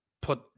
Put –